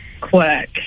quirk